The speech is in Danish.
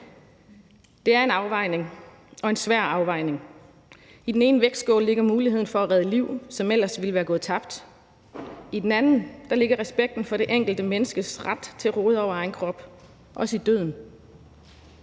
Det er en afvejning – og en svær afvejning. I den ene vægtskål ligger muligheden for at redde liv, som ellers ville være gået tabt; i den anden ligger respekten for det enkelte menneskes ret til at råde over egen krop, også i døden.